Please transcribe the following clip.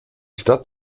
stadt